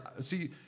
See